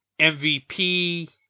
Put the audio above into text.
MVP